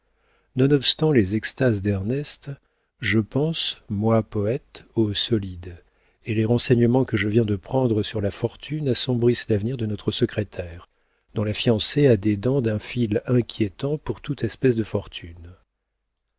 nonobstant les extases d'ernest je pense moi poëte au solide et les renseignements que je viens de prendre sur la fortune assombrissent l'avenir de notre secrétaire dont la fiancée a des dents d'un fil inquiétant pour toute espèce de fortune